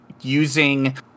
using